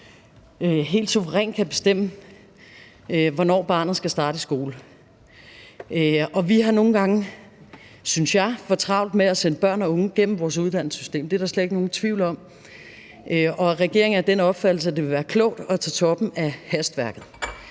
helt suverænt kan bestemme, hvornår barnet skal starte i skole. Vi har nogle gange, synes jeg, for travlt med at sende børn og unge gennem vores uddannelsessystem. Det er der slet ikke nogen tvivl om. Og regeringen er af den opfattelse, at det vil være klogt at tage toppen af hastværket.